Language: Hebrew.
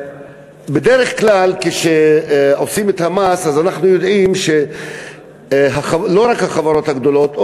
בדרך כלל כשעושים את המס אז אנחנו יודעים שלא רק החברות הגדולות,